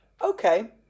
Okay